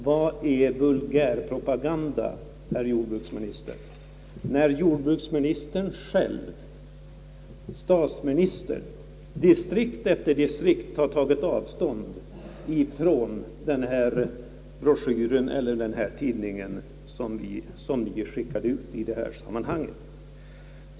Vad är vulgärpropaganda, herr jordbruksminister, när jordbruksministern själv och statsministern distrikt efter distrikt har tagit avstånd från denna broschyr eller tidning som ni skickat ut i detta sammanhang?